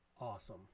awesome